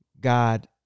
God